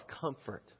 comfort